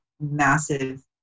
massive